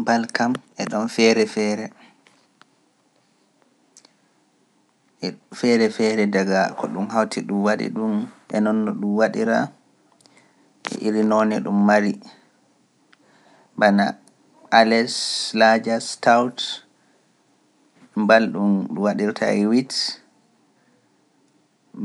Mbal kam e ɗoon feere feere. Feere feere daga ko ɗum hawti ɗum waɗi ɗum e noon no ɗum waɗira. Ili noon e ɗum mari. Bana Ales Laajas Taut. Mbal ɗum waɗirta e wits.